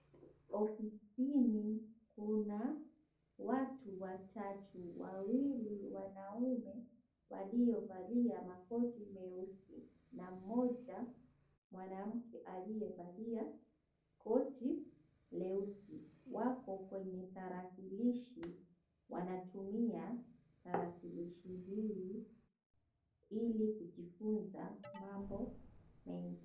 Ofisini kuna watu watatu. Wawili wanaume waliovalia makoti nyeusi na mmoja mwanamke aliyevalia koti leusi, wako kwenye tarakilishi. Wanatumia tarakilishi hii ili kujifunza mambo mengi.